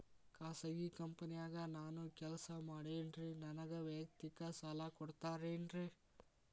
ಖಾಸಗಿ ಕಂಪನ್ಯಾಗ ನಾನು ಕೆಲಸ ಮಾಡ್ತೇನ್ರಿ, ನನಗ ವೈಯಕ್ತಿಕ ಸಾಲ ಕೊಡ್ತೇರೇನ್ರಿ?